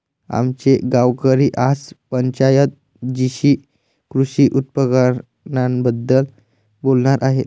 आमचे गावकरी आज पंचायत जीशी कृषी उपकरणांबद्दल बोलणार आहेत